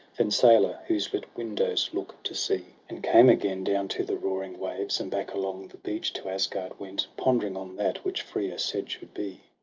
fensaler, whose lit windows look to sea and came again down to the roaring waves, and back along the beach to asgard went, pondering on that which frea said should be.